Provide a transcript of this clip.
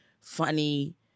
funny